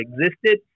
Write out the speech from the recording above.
existed